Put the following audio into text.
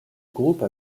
groupe